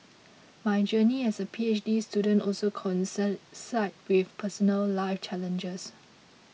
my journey as a P H D student also coincided cite with personal life challenges